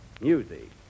music